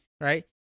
right